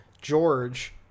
George